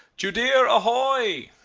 judea ahoy.